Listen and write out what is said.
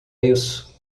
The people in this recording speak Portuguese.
isso